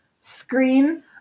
screen